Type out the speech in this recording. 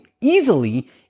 easily